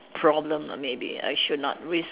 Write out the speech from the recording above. problem lah maybe I should not risk